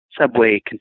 Subway